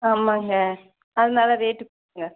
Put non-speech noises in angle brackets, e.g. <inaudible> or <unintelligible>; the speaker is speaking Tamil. ஆமாங்க அதனால் ரேட்டு <unintelligible>